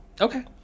okay